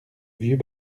vieux